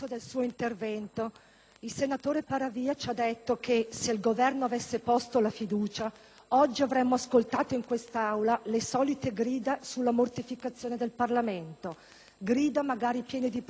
il senatore Paravia ci ha detto che, se il Governo avesse posto la fiducia, oggi avremmo ascoltato in questa Aula le solite grida sulla mortificazione del Parlamento, grida magari piene di ipocrisia e di enfasi.